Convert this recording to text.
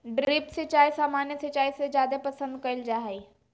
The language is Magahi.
ड्रिप सिंचाई सामान्य सिंचाई से जादे पसंद कईल जा हई